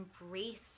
embrace